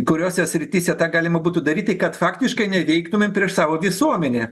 kuriose srityse tą galima būtų daryti kad faktiškai neveiktumėm prieš savo visuomenę